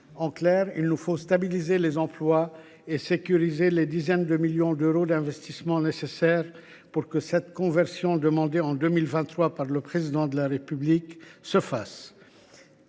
: il nous faut stabiliser les emplois et sécuriser les dizaines de millions d’euros d’investissement nécessaires à cette conversion demandée en 2023 par le Président de la République. Cette